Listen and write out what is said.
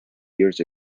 years